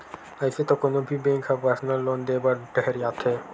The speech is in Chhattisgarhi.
अइसे तो कोनो भी बेंक ह परसनल लोन देय बर ढेरियाथे